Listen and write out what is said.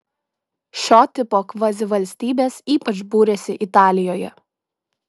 šio tipo kvazivalstybės ypač būrėsi italijoje